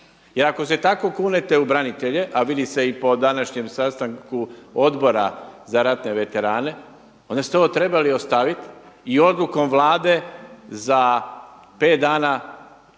ako se tako kunete u branitelje, a vidi se i po današnjem sastanku Odbora za ratne veterane, onda ste ovo trebali ostaviti i odlukom Vlade za 5 dana podići